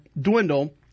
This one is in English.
dwindle